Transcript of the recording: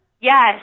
Yes